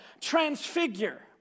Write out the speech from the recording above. transfigure